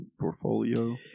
portfolio